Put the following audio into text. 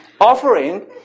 offering